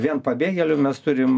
vien pabėgėlių mes turim